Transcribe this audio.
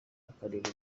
bakanareba